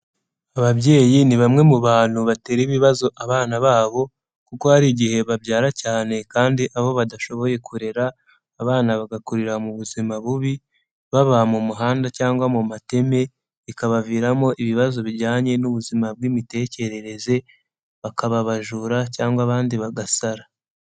Ababyeyi ni bamwe mu bantu batera ibibazo abana babo, kuko hari igihe babyara cyane kandi abo badashoboye kurera, abana bagakurira mu buzima bubi, baba mu muhanda cyangwa mu mateme, bikabaviramo ibibazo bijyanye n'ubuzima bw'imitekerereze, bakaba abajura cyangwa abandi bagasara.